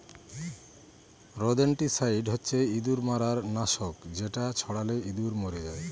rodenticide হচ্ছে ইঁদুর মারার নাশক যেটা ছড়ালে ইঁদুর মরে যায়